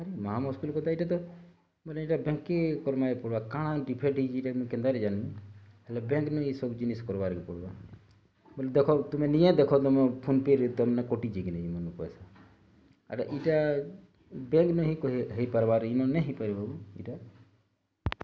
ମହାମୁସ୍କିଲ୍ କଥା ଏଇଟା ତ ମାନେ ଏଟା ବ୍ୟାଙ୍କ୍ କେ କର୍ମା କେ ପଡ଼୍ବା କାଣା ଡ଼ିଫେକ୍ଟ୍ ହୋଇଛି ଏଟା ମୁଇଁ କେନ୍ତା କରି ଜାନି ହେଲେ ବ୍ୟାଙ୍କ୍ ନେ ଏସବୁ ଜିନିଷ୍ କର୍ବାକେ ପଡ଼୍ବା ବୋଲେ ଦେଖ ତୁମେ ନିଜେ ଦେଖ ତମ ଫୋନ୍ପେରେ ତା ମାନେ କଟିଛି କି ନାଇଁ ପଇସା ଆରେ ଇଟା ବ୍ୟାଙ୍କ୍ ନୁ ହିଁ ହୋଇପାରିବାର୍ ଇ ନ ହେଇପାରିବ ଇଟା